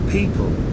People